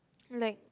like